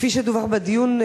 כפי שדווח בדיון,